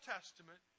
Testament